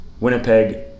Winnipeg